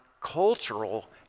cultural